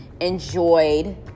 enjoyed